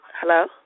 Hello